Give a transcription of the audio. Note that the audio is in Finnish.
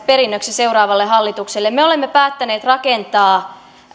perinnöksi seuraavalle hallitukselle me olemme päättäneet rakentaa